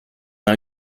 ont